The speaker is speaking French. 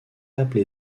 appelée